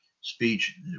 speech